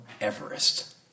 Everest